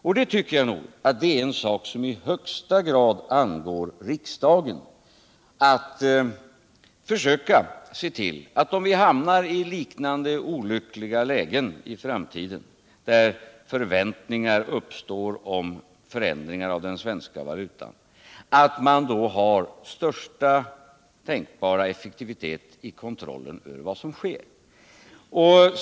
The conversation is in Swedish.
Jag tycker att det i högsta grad ankommer på riksdagen att försöka se till att vi. om vi hamnar i liknande olyckliga lägen i framtiden där förväntningar om förändringar i den svenska valutan uppstår, har största tänkbara effektivitet i kontrollen över vad som sker.